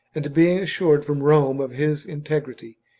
and being assured from rome of his integrity,